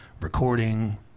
recording